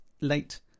late